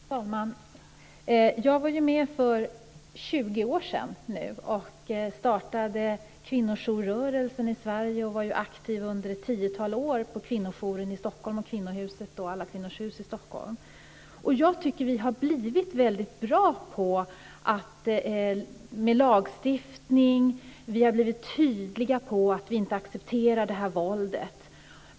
Fru talman! Jag var med för 20 år sedan och startade kvinnojourrörelsen i Sverige. Jag var aktiv under ett tiotal år på kvinnojouren på Kvinnohuset och Alla kvinnors hus i Stockholm. Jag tycker att vi har blivit väldigt bra på lagstiftning, och vi har tydligt talat om att vi inte accepterar det här våldet.